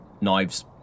Knives